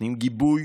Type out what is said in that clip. נותנים גיבוי